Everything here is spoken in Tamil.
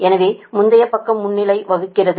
எனவே முந்தைய பக்கம் முன்னிலை வகிக்கிறது